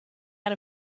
out